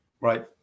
right